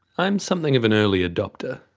i'm something of an early adopter.